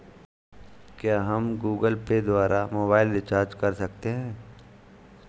क्या हम Google pay द्वारा मोबाइल रिचार्ज कर सकते हैं?